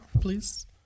please